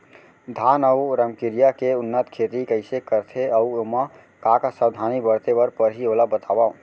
धान अऊ रमकेरिया के उन्नत खेती कइसे करथे अऊ ओमा का का सावधानी बरते बर परहि ओला बतावव?